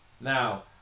Now